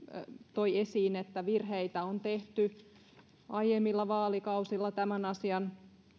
toi esiin että virheitä on tehty aiemmilla vaalikausilla tämän asian